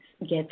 get